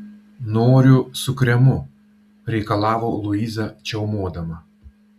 noriu su kremu reikalavo luiza čiaumodama